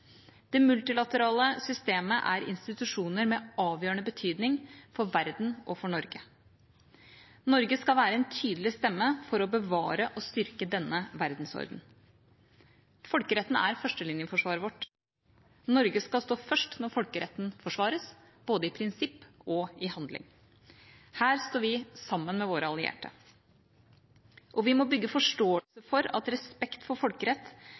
Det multilaterale systemet er institusjoner med avgjørende betydning for verden og for Norge. Norge skal være en tydelig stemme for å bevare og styrke denne verdensordenen. Folkeretten er førstelinjeforsvaret vårt. Norge skal stå først når folkeretten forsvares, både i prinsipp og i handling. Her står vi sammen med våre allierte. Vi må bygge forståelse for at respekt for